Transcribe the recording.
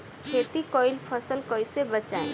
खेती कईल फसल कैसे बचाई?